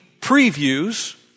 previews